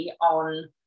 on